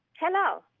Hello